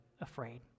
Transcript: afraid